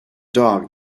dog